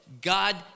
God